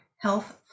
health